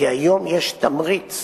כי היום יש תמריץ